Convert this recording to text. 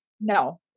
No